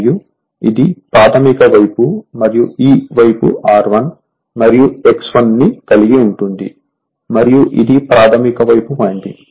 మరియు ఇది ప్రాధమిక వైపు మరియు ఈ వైపు R1 మరియు X 1 ని కలిగి ఉంటుంది మరియు ఇది ప్రాధమిక వైపు వైండింగ్